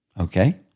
okay